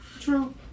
True